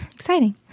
exciting